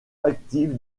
active